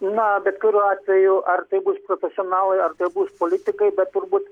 na bet kuriuo atveju ar tai bus profesionalai ar tai bus politikai bet turbūt